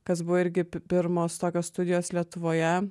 kas buvo irgi pi pirmos tokios studijos lietuvoje